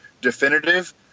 definitive